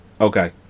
okay